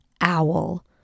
Owl